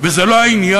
זה לא העניין.